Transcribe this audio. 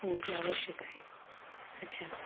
हो ती आवश्यक आहे अच्छा